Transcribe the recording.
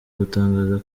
gutangaza